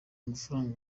mafaranga